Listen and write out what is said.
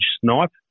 snipe